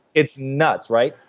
it's nuts, right?